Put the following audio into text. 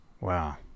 Wow